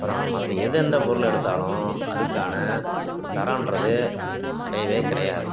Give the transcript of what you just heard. அப்புறம் மற்ற எது எந்த பொருளை எடுத்தாலும் அதுக்கான தரம்ன்றது கிடையவே கிடையாது